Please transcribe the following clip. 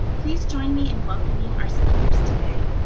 please join me in welcoming our speakers today.